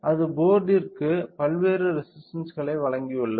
அது போர்ட்ற்கு பல்வேறு ரெசிஸ்டன்ஸ்களை வழங்கியுள்ளது